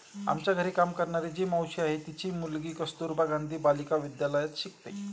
आमच्या घरी काम करणारी जी मावशी आहे, तिची मुलगी कस्तुरबा गांधी बालिका विद्यालयात शिकते